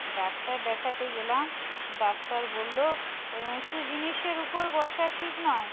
doctor দেখাতে গেলাম doctor বললো ওই উঁচু জিনিসের উপর বসা ঠিক নয়